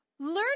Learn